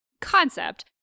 concept